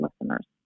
listeners